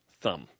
thumb